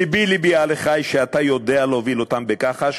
לבי לבי עליך, שאתה יודע להוביל אותם בכחש.